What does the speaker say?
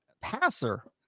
passer